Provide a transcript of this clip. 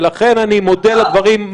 ולכן אני מודה על הדברים.